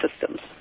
systems